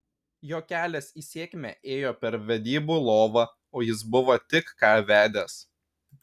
jo kelias į sėkmę ėjo per vedybų lovą o jis buvo tik ką vedęs